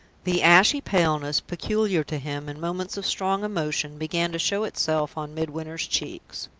the ashy paleness peculiar to him in moments of strong emotion began to show itself on midwinter's cheeks.